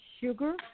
sugar